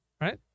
right